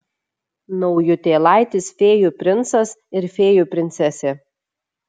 naujutėlaitis fėjų princas ir fėjų princesė